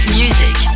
music